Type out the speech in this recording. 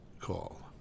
call